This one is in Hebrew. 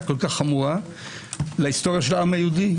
כל כך חמורה להיסטוריה של העם היהודי,